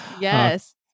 Yes